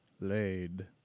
laid